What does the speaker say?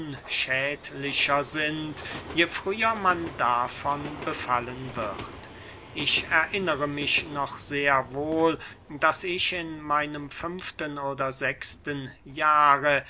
unschädlicher sind je früher man davon befallen wird ich erinnere mich noch sehr wohl daß ich in meinem fünften oder sechsten jahr